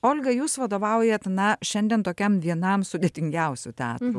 olga jūs vadovaujat na šiandien tokiam vienam sudėtingiausių teatrų